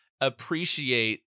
appreciate